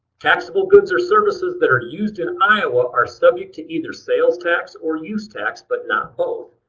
taxable goods or services that are used in iowa are subject to either sales tax or use tax, but not both.